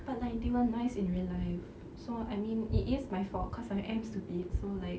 but like they were nice in real life so I mean it is my fault cause I am stupid so like